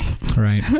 Right